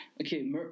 Okay